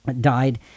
died